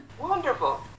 Wonderful